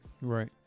right